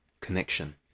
Connection